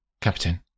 Captain